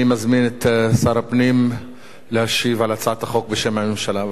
אני מזמין את שר הפנים להשיב על הצעת החוק בשם הממשלה.